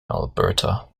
alberta